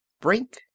Brink